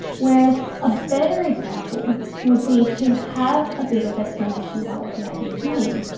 whereas a better example would be to have a bit of explanation about what the ideas mean.